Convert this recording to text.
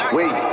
Wait